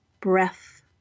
breath